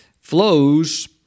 flows